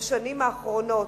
בשנים האחרונות.